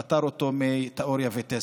הוא פטר אותו מתיאוריה וטסט.